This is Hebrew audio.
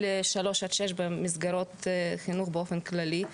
שלוש עד שש במסגרות חינוך באופן כללי,